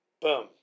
boom